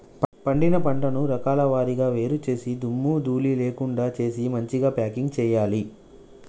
పండిన పంటను రకాల వారీగా వేరు చేసి దుమ్ము ధూళి లేకుండా చేసి మంచిగ ప్యాకింగ్ చేయాలి